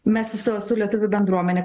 mes su su lietuvių bendruomene